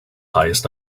highest